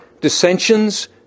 dissensions